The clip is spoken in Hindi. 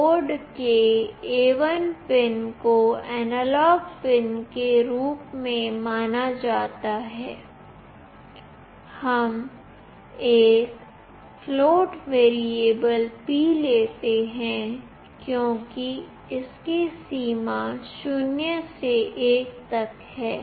बोर्ड के A1 पिन को एनालॉग पिन के रूप में माना जाता है हम एक फ्लोट वैरिएबल p लेते हैं क्योंकि इसकी सीमा 0 से 1 तक है